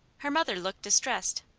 her mother looked distressed.